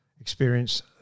experience